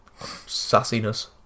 sassiness